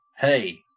Hey